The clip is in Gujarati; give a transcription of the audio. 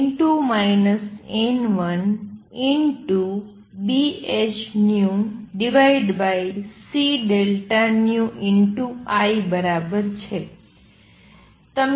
dIdZ એ n2 n1BhνcΔνI બરાબર છે